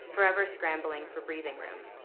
forever scrambling for breathing room.